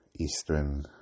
Eastern